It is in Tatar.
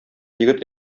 егет